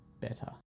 better